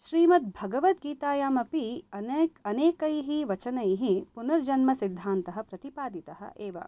श्रीमद्भगवद्गीतायामपि अनेक अनेकैः वचनैः पुनर्जन्मसिद्धान्तः प्रतिपादितः एव